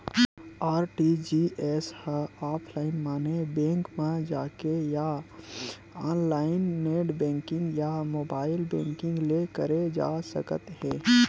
RTGS ह offline माने bank म जाके या ऑनलाईन नेट बेंकिंग या मोबाईल बेंकिंग ले करे जा सकत हे